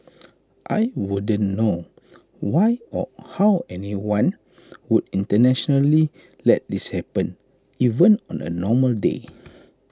I wouldn't know why or how anyone would intentionally let this happen even on A normal day